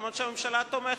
אף-על-פי שהממשלה תומכת.